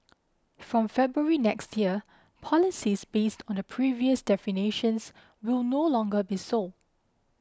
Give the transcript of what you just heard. from February next year policies based on the previous definitions will no longer be sold